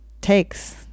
takes